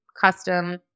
custom